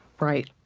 right.